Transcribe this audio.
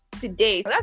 today